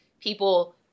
people